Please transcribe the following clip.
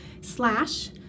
slash